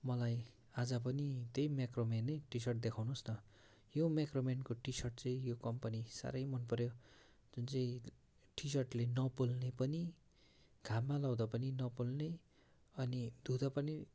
मलाई आज पनि त्यही मेक्रोमेनै टिसर्ट देखाउनुहोस् न यो मेक्रोमेनको टिसर्ट चाहिँ यो कम्पनी साह्रै मन पर्यो जुन चाहिँ टिसर्टले नपोल्ने पनि घाममा लगाउँदा पनि नपोल्ने अनि धुँदा पनि